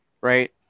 right